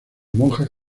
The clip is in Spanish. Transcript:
monjas